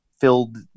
filled